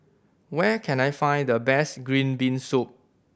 where can I find the best green bean soup